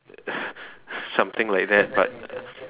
something like that but